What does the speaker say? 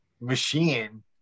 machine